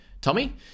Tommy